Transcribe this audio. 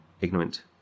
ignorant